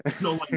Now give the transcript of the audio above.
No